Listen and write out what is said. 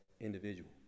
individual